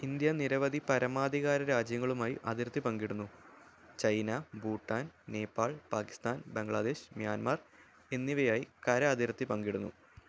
India നിരവധി പരമാധികാര രാജ്യങ്ങളുമായി അതിർത്തി പങ്കിടുന്നു ചൈന ഭൂട്ടാൻ നേപ്പാൾ പാകിസ്താൻ ബംഗ്ലാദേശ് മ്യാൻമർ എന്നിവയായി കര അതിർത്തി പങ്കിടുന്നു